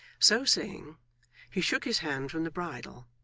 so saying he shook his hand from the bridle,